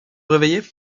réveiller